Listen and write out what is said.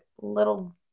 little